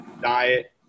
diet